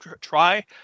try